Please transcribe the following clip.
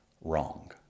wrong